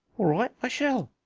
all right, i shall.